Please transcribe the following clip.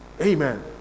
Amen